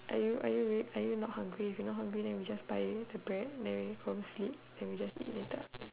are you are you real are you not hungry if you not hungry then we just buy the bread then we go home sleep then we just eat later